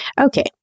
Okay